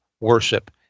worship